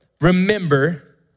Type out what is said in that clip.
remember